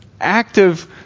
active